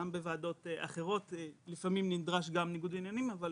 גם בוועדות אחרות, לפעמים נדרש ניגוד עניינים, אבל